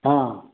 हां